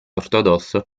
ortodosso